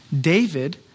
David